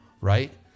right